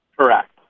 Correct